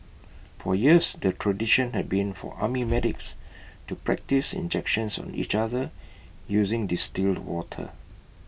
for years the tradition had been for army medics to practise injections on each other using distilled water